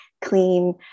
clean